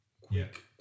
quick